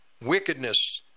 wickedness